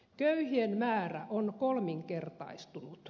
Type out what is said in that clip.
köyhien määrä on kolminkertaistunut